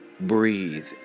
breathe